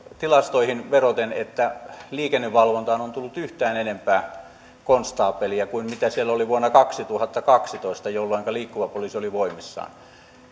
tilastoihin vedoten että liikennevalvontaan on tullut yhtään enempää konstaapeleja kuin mitä siellä oli vuonna kaksituhattakaksitoista jolloinka liikkuva poliisi oli voimissaan